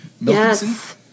Yes